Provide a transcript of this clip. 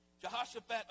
Jehoshaphat